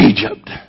Egypt